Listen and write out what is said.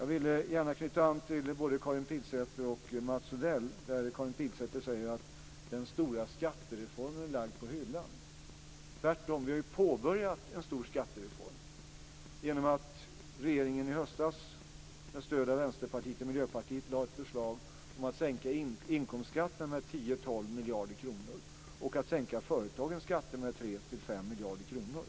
Jag vill gärna knyta an till både Karin Pilsäter och Mats Odell när Karin Pilsäter säger att den stora skattereformen är lagd på hyllan. Tvärtom har vi ju påbörjat en stor skattereform genom att regeringen i höstas med stöd av Vänsterpartiet och Miljöpartiet lade fram ett förslag om att sänka inkomstskatten med 10-12 miljarder kronor och om att sänka företagens skatter med 3-5 miljarder kronor.